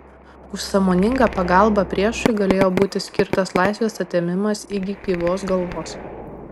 už sąmoningą pagalbą priešui galėjo būti skirtas laisvės atėmimas iki gyvos galvos